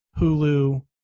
Hulu